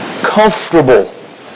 comfortable